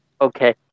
Okay